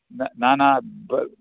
न न न